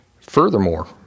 Furthermore